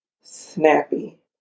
snappy